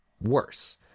worse